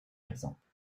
exemple